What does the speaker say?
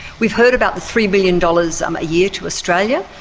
we've heard about the three billion dollars um a year to australia.